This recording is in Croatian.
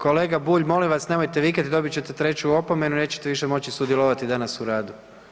Kolega Bulj molim vas nemojte vikati dobit ćete treću opomenu, nećete više moći sudjelovati danas u radu.